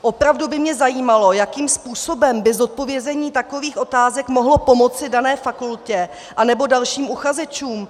Opravdu by mě zajímalo, jakým způsobem by zodpovězení takových otázek mohlo pomoci dané fakultě, nebo dalším uchazečům.